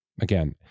Again